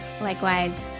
Likewise